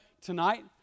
Tonight